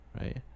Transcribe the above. Right